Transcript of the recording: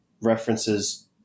references